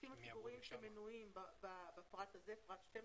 הגופים הציבוריים שמנויים בפרט הזה, פרט (12)